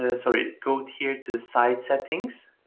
ah sorry, go here to the side settings.